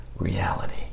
reality